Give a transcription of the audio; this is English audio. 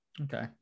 Okay